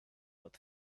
but